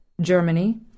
Germany